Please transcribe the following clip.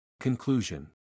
Conclusion